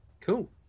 Cool